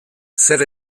zer